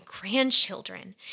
grandchildren